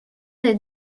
des